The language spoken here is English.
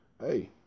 hey